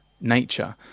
nature